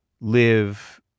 live